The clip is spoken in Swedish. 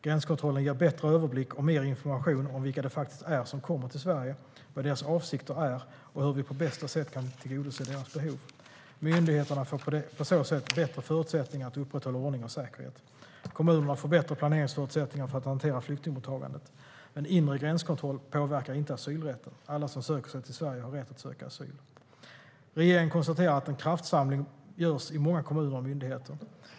Gränskontrollen ger bättre överblick och mer information om vilka det faktiskt är som kommer till Sverige, vad deras avsikter är och hur vi på bästa sätt kan tillgodose deras behov. Myndigheterna får på så sätt bättre förutsättningar att upprätthålla ordning och säkerhet. Kommunerna får bättre planeringsförutsättningar för att hantera flyktingmottagandet. Men inre gränskontroll påverkar inte asylrätten. Alla som söker sig till Sverige har rätt att söka asyl. Regeringen konstaterar att en kraftsamling görs i många kommuner och myndigheter.